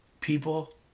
People